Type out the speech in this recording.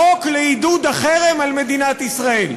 החוק לעידוד החרם על מדינת ישראל.